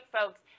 folks